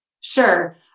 Sure